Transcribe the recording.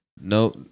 No